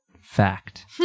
Fact